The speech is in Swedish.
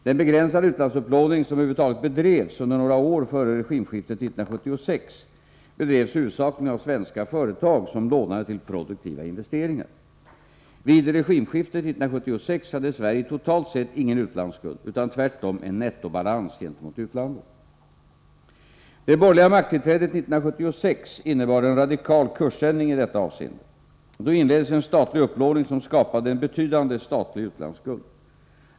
Den begränsade utlandsupplåning som över huvud taget bedrevs under några år före regimskiftet 1976 bedrevs huvudsakligen av svenska företag som lånade till produktiva investeringar. Vid regimskiftet 1976 hade Sverige totalt sett ingen utlandsskuld utan tvärtom en nettobalans gentemot utlandet. Det borgerliga makttillträdet 1976 innebar en radikal kursändring i detta avseende. Då inleddes en statlig upplåning som skapade en betydande statlig utlandsskuld.